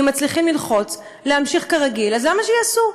אם הם מצליחים ללחוץ ולהמשיך כרגיל, למה שיעשו?